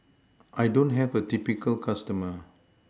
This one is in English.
I don't have a typical customer